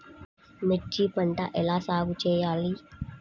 మిర్చి పంట ఎలా సాగు చేయాలి?